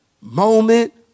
moment